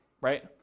right